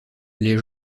les